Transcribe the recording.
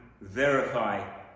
verify